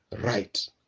right